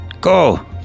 Go